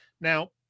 Now